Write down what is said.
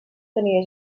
tenia